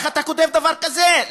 איך אתה כותב דבר כזה?